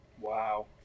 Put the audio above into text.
Wow